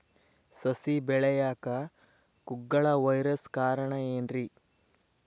ಸಸಿ ಬೆಳೆಯಾಕ ಕುಗ್ಗಳ ವೈರಸ್ ಕಾರಣ ಏನ್ರಿ?